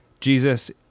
Jesus